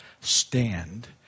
stand